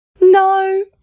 no